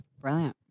Brilliant